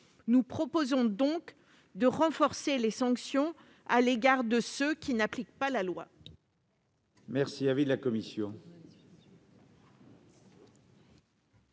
Nous proposons donc de renforcer les sanctions applicables à ceux qui n'appliquent pas la loi.